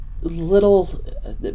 little